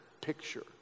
picture